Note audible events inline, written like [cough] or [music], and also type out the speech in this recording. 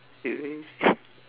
it waves [laughs]